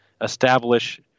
establish